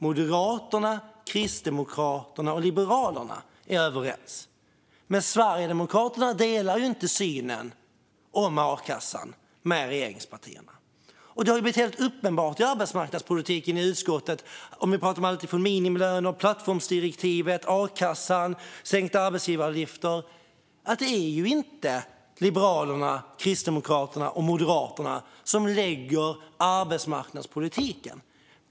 Moderaterna, Kristdemokraterna och Liberalerna är överens. Men Sverigedemokraterna delar inte synen på a-kassan med regeringspartierna. Det har blivit helt uppenbart i arbetsmarknadspolitiken i utskottet, när vi talar om alltifrån minimilöner och plattformsdirektivet till a-kassan och sänkta arbetsgivaravgifter, att det inte är Liberalerna, Kristdemokraterna och Moderaterna som utformar arbetsmarknadspolitiken.